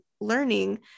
learning